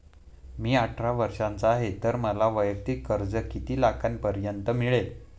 मी अठरा वर्षांचा आहे तर मला वैयक्तिक कर्ज किती लाखांपर्यंत मिळेल?